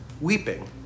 weeping